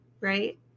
right